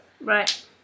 Right